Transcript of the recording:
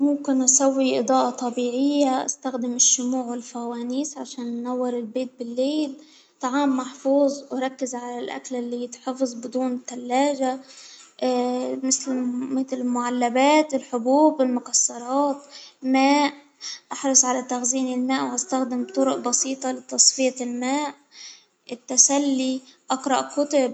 ممكن أسوي إضاءة طبيعية أستخدم الشموع والفوانيس عشان ننور البيت بالليل، طعام محفوظ وركز على الأكل اللي يتحفظ بدون تلاجة، مثل-متل المعلبات، الحبوب، المكسرات، ماء، أحرص علي تخزين الماء ،وإستخدم طرق بسيطة لتصفية الماء، التسلي ،أقرأ كتب.